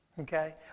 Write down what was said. Okay